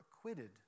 acquitted